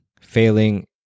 Failing